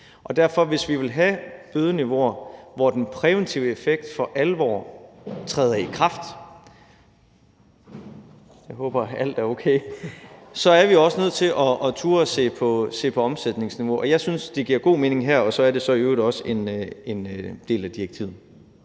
talerstolen. Hvis vi vil have bødeniveauer, hvor den præventive effekt for alvor træder i kraft, så er vi også nødt til at turde se på omsætningsniveau. Jeg synes, det giver god mening her, og så er det i øvrigt også en del af direktivet.